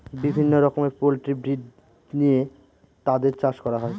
বিভিন্ন রকমের poultry breed নিয়ে তাদের চাষ করা হয়